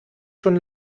schon